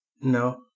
No